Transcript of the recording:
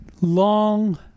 long